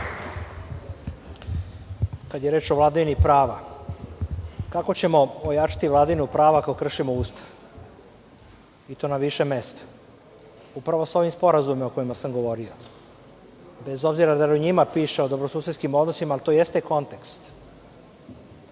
Kada je reč o vladavini prava, kako ćemo ojačati vladavinu prava kad kršimo Ustav, i to na više mesta, upravo sa ovim sporazumima o kojima sam govorio? Bez obzira da li u njima o dobrosusedskim odnosima, ali to jeste kontekst.